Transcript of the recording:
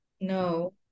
no